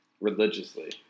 religiously